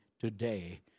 today